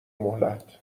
مهلت